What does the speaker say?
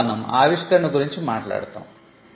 దీంట్లో మనం ఆవిష్కరణ గురించి మాట్లాడుతాము